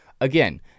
again